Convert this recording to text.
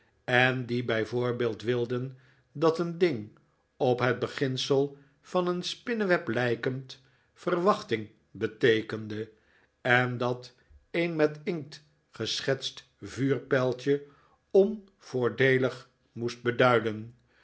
en die bij voorbeeld wilden dat een ding op het beginsel van een spinneweb lijkend verwachting beteekende en dat een met inkt geschetst vuurpijltje onvoordeelig moest beduiden